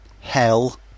hell